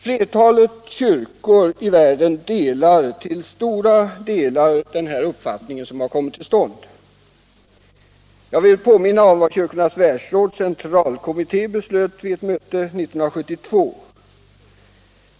Flertalet kyrkor i världen omfattar till stora delar denna uppfattning. Jag vill påminna om vad Kyrkornas världsråds centralkommitté beslöt vid ett möte 1972.